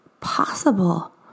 possible